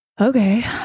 Okay